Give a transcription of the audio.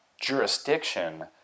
jurisdiction